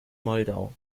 moldau